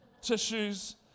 tissues